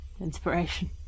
Inspiration